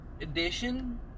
edition